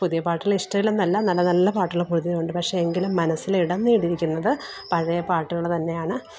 പുതിയ പാട്ടുകൾ ഇഷ്ട്ടമില്ലെന്നല്ല നല്ല നല്ല പാട്ടുകൾ പുതിയത് ഉണ്ട് പക്ഷേ എങ്കിലും മനസ്സില് ഇടം നേടിയിരിക്കുന്നത് പഴയ പാട്ടുകൾ തന്നെയാണ്